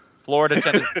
Florida